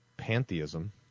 pantheism